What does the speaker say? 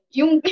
yung